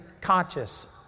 conscious